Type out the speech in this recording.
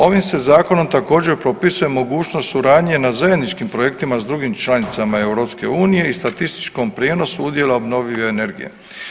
Ovim se zakonom također propisuje mogućnost suradnje na zajedničkim projektima s drugim članicama EU i statističkom prijenosu udjela obnovljive energije.